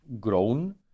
grown